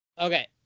okay